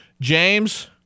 James